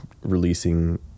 releasing